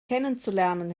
kennenzulernen